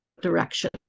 direction